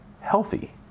healthy